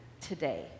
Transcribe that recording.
today